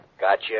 Gotcha